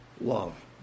love